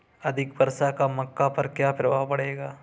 अधिक वर्षा का मक्का पर क्या प्रभाव पड़ेगा?